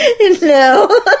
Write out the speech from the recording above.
no